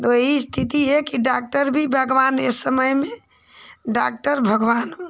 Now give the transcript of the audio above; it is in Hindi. तो ई इस्थिति है कि डॉक्टर भी भगवान इस समय में डॉक्टर भगवान होला